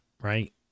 right